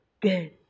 good